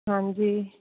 ਹਾਂਜੀ